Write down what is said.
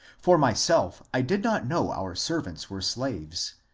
for myself i did not know our servants were slaves,